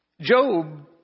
Job